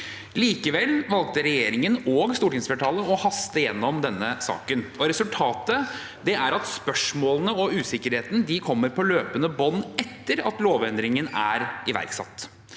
Likevel valgte regjeringen og stortingsflertallet å haste gjennom denne saken. Resultatet er at spørsmålene og usikkerheten kommer på løpende bånd etter at lovendringen er iverksatt.